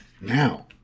Now